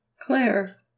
Claire